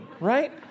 right